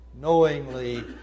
knowingly